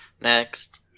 Next